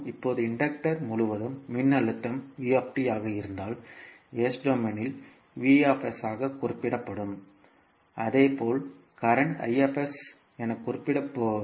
இப்போது இன்டக்டர் முழுவதும் மின்னழுத்தம் v ஆக இருந்தால் S டொமைனில் V ஆக குறிப்பிடப்படும் அதேபோல் current I என குறிப்பிடப்படும்